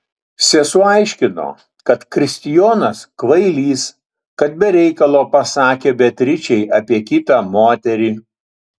sesuo aiškino kad kristijonas kvailys kad be reikalo pasakė beatričei apie kitą moterį